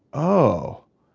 oh,